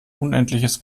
unendliches